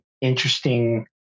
interesting